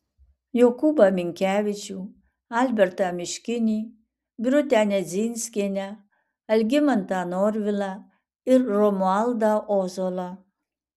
jokūbą minkevičių albertą miškinį birutę nedzinskienę algimantą norvilą ir romualdą ozolą